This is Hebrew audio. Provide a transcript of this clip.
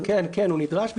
כן, כן, הוא נדרש.